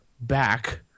back